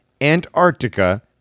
Antarctica